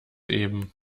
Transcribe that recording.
eben